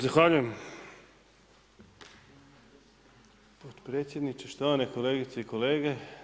Zahvaljujem potpredsjedniče, štovane kolegice i kolege.